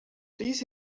please